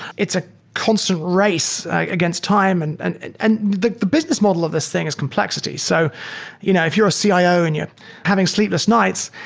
it's a constant race against time. and and and and the the business model of this thing is complexities. so you know if you're a cio ah and you're having sleepless nights,